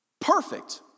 perfect